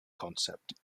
concept